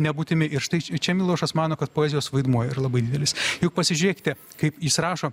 nebūtimi ir štai čia milošas mano kad poezijos vaidmuo ir labai didelis juk pasižiūrėkite kaip jis rašo